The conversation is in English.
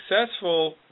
successful